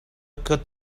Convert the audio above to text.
could